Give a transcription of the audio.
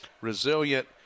resilient